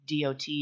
DOT